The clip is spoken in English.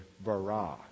bara